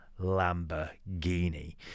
Lamborghini